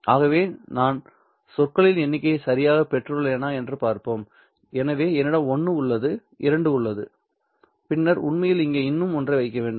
ஆகவே நான் சொற்களின் எண்ணிக்கையை சரியாகப் பெற்றுள்ளேனா என்று பார்ப்போம் எனவே என்னிடம் 1 உள்ளது 2 உள்ளது பின்னர் உண்மையில் இங்கே இன்னும் ஒன்றை வைக்கவும்